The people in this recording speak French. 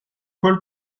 cole